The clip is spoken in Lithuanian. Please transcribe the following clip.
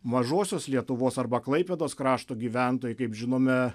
mažosios lietuvos arba klaipėdos krašto gyventojai kaip žinome